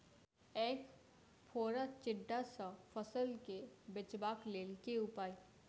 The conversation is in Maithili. ऐंख फोड़ा टिड्डा सँ फसल केँ बचेबाक लेल केँ उपाय?